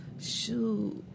shoot